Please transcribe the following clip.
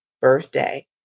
birthday